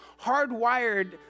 hardwired